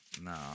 No